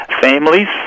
families